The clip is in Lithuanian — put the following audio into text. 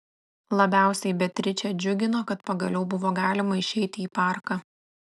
labiausiai beatričę džiugino kad pagaliau buvo galima išeiti į parką